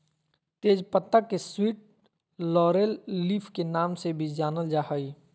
तेज पत्ता के स्वीट लॉरेल लीफ के नाम से भी जानल जा हइ